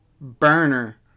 burner